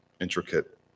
intricate